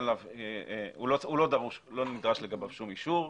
שלא נדרש לגביו שום אישור,